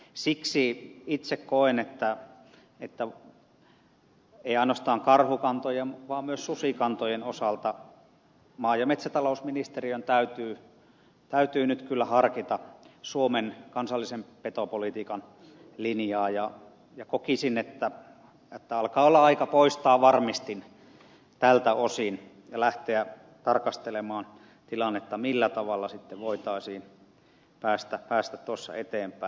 siksi itse koen että ei ainoastaan karhukantojen vaan myös susikantojen osalta maa ja metsätalousministeriön täytyy nyt kyllä harkita suomen kansallisen petopolitiikan linjaa ja kokisin että alkaa olla aika poistaa varmistin tältä osin ja lähteä tarkastelemaan tilannetta millä tavalla sitten voitaisiin päästä tuossa eteenpäin